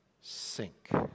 sink